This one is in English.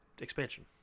expansion